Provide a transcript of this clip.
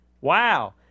wow